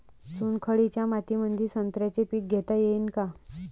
चुनखडीच्या मातीमंदी संत्र्याचे पीक घेता येईन का?